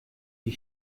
die